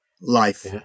life